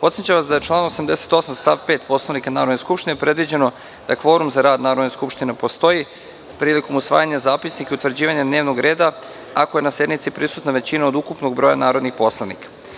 Podsećam vas da je članom 88. stav 5. Poslovnika Narodne skupštine predviđeno da kvorum za rad Narodne skupštine postoji prilikom usvajanja zapisnika i utvrđivanja dnevnog reda, ako je na sednici prisutna većina od ukupnog broja narodnih poslanika. Radi